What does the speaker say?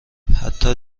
حتی